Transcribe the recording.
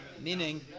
meaning